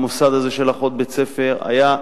המוסד הזה של אחות בית-ספר היה,